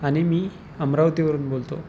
आणि मी अमरावतीवरून बोलतो